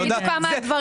תגידו כמה הדברים עולים.